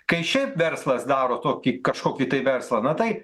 kai šiaip verslas daro tokį kažkokį tai verslą na tai